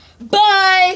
Bye